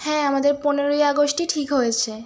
হ্যাঁ আমাদের পনেরোই আগস্টই ঠিক হয়েছে